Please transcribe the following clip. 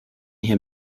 hier